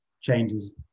changes